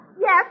Yes